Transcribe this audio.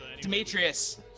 Demetrius